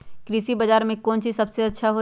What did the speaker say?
कृषि बजार में कौन चीज सबसे अच्छा होई?